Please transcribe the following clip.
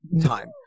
time